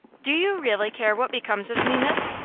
do you really care what becomes of me, miss?